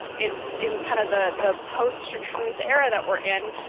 it's in kind of the the poster truth era that we're in.